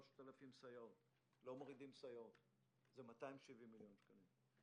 לא מורידים סייעות, הוא 270 מיליון שקלים.